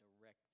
direct